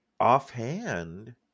offhand